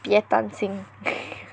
别担心